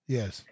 Yes